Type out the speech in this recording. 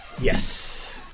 Yes